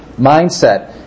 mindset